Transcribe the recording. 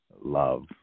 love